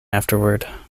afterward